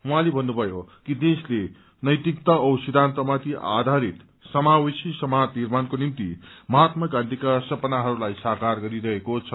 उहाँले भन्नुभयो कि देशले नैतिकता औ सिद्धान्तमाथि आधारित समावेशी समाज निर्माणको निम्ति महात्मा गाँधीका सपनाहरूलाई साकार गरिरहेको छ